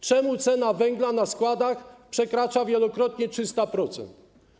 Czemu cena węgla na składach, jej wzrost przekracza wielokrotnie 300%?